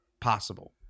possible